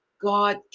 God